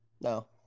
No